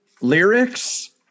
lyrics